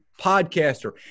podcaster